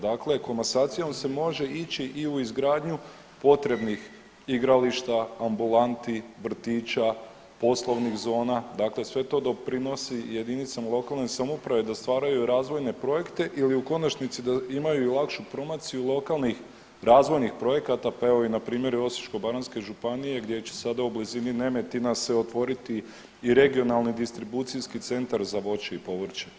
Dakle, komasacijom se može ići i u izgradnju potrebnih igrališta, ambulanti, vrtića, poslovnih zona dakle sve to doprinosi jedinicama lokalne samouprave da stvaraju razvojne projekte ili u konačnici da imaju lakšu promociju lokalnih razvojnih projekata pa evo i na primjeru Osječko-baranjske županije gdje će sada u blizini Nemetina se otvoriti i regionalni distribucijski centar za voće i povrće.